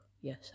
yes